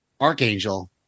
archangel